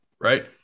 right